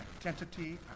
identity